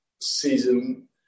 season